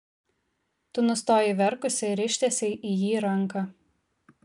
tu nustojai verkusi ir ištiesei į jį ranką